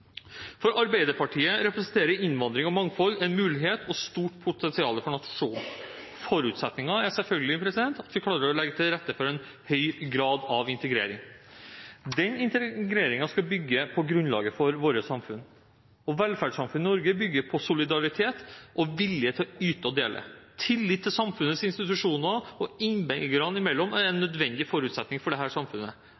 For Arbeiderpartiet representerer innvandring og mangfold en mulighet og et stort potensial for nasjonen. Forutsetningen er selvfølgelig at man klarer å legge til rette for en høy grad av integrering. Den integreringen skal bygge på grunnlaget for vårt samfunn, og velferdssamfunnet i Norge bygger på solidaritet og vilje til å yte og dele. Tillit til samfunnets institusjoner og tillit innbyggerne imellom er en